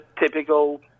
typical